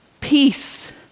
Peace